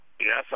Yes